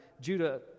Judah